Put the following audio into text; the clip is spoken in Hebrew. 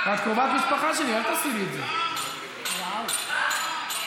80 יום ו-80 לילה,